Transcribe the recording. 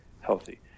healthy